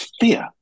fear